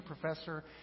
professor